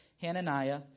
Hananiah